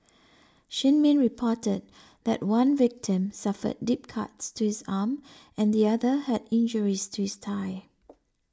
Shin Min reported that one victim suffered deep cuts to his arm and the other had injuries to his thigh